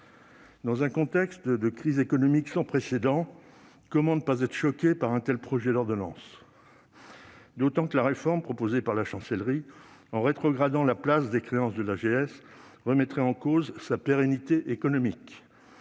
Dans un contexte de crise économique sans précédent, comment pourrions-nous ne pas être choqués par un tel projet d'ordonnance, d'autant que la réforme proposée par la Chancellerie, en rétrogradant la place des créances de l'AGS, remettrait en cause sa pérennité économique